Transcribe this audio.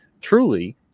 truly